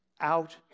out